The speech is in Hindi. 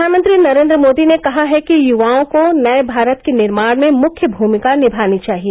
प्रधानमंत्री नरेन्द्र मोदी ने कहा है कि युवाओं को नये भारत के निर्माण में मुख्य भूमिका निभानी चाहिए